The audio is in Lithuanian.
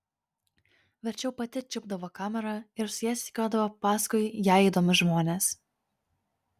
verčiau pati čiupdavo kamerą ir su ja sekiodavo paskui jai įdomius žmones